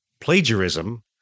plagiarism